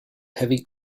heavy